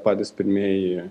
patys pirmieji